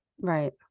Right